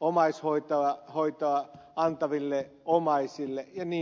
omaishoitoa antaville omaisille ja niin edelleen